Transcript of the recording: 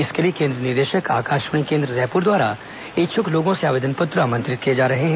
इसके लिए केन्द्र निदेशक आकाशवाणी केन्द्र रायपुर द्वारा इच्छुक लोंगों से आवेदन पत्र आमंत्रित किए जा रहे हैं